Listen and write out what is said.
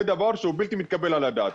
זה דבר שהוא בלתי מתקבל על הדעת.